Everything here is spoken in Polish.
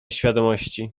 świadomości